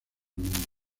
mundo